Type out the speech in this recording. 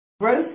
Growth